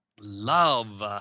Love